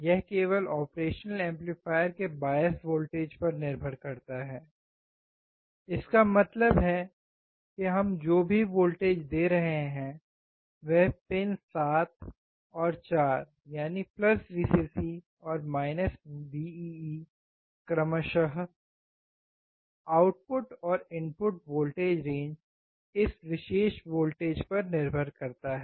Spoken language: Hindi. यह केवल ऑपरेशनल एम्पलीफायर के बायस वोल्टेज पर निर्भर करता है इसका मतलब है कि हम जो भी वोल्टेज दे रहे हैं वह पिन 7 और 4 यानी Vcc और Vee क्रमशः आउटपुट और इनपुट वोल्टेज रेंज इस विशेष वोल्टेज पर निर्भर करता है